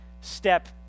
step